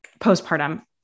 postpartum